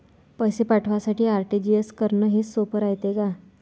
पैसे पाठवासाठी आर.टी.जी.एस करन हेच सोप रायते का?